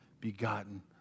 begotten